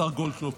השר גולדקנופ,